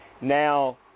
Now